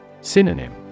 Synonym